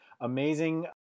amazing